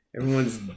Everyone's